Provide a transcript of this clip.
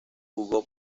jugó